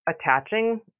attaching